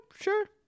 sure